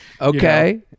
Okay